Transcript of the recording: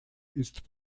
ist